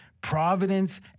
Providence